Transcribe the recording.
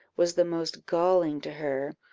was the most galling to her,